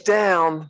down